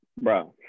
Bro